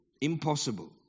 impossible